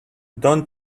don’t